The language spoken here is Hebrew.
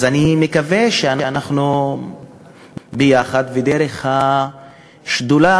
אז אני מקווה שאנחנו ביחד, ודרך השדולה,